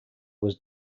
was